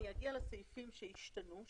אני אגיע לסעיפים שהשתנו,